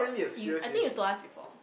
you I think you told us before